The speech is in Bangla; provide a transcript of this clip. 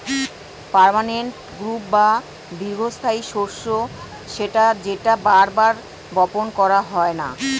পার্মানেন্ট ক্রপ বা দীর্ঘস্থায়ী শস্য সেটা যেটা বার বার বপণ করতে হয়না